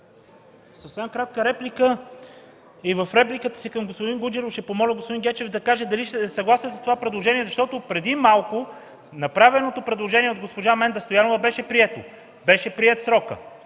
Съвсем кратка реплика и в репликата си към господин Гуджеров ще помоля господин Гечев да каже дали ще е съгласен с това предложение, защото преди малко направеното предложение от госпожа Менда Стоянова беше прието. Беше приет срокът.